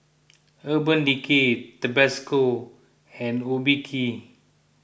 Urban Decay Tabasco and Obike